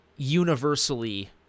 universally